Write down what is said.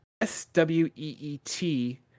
S-W-E-E-T